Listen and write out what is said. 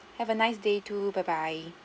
have a nice day too bye bye